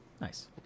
nice